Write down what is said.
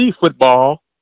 football